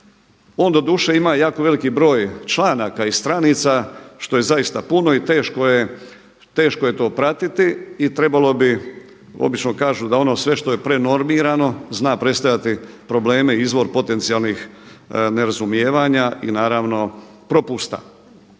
On doduše ima jako veliki broj članaka i stranica što je zaista puno i teško je to pratiti i trebalo bi obično kažu da ono sve što je prenormirano zna predstavljati probleme i izvor potencijalnih nerazumijevanja i naravno propusta.